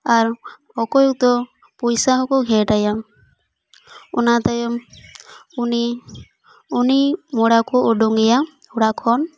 ᱟᱨ ᱚᱠᱚᱭ ᱫᱚ ᱯᱩᱭᱥᱟ ᱦᱚᱠᱚ ᱜᱷᱮᱴ ᱟᱭᱟ ᱚᱱᱟ ᱛᱟᱭᱚᱢ ᱩᱱᱤ ᱩᱱᱤ ᱢᱚᱲᱟ ᱠᱚ ᱚᱰᱚᱝ ᱮᱭᱟ ᱚᱲᱟᱜ ᱠᱷᱚᱱ